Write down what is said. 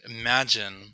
imagine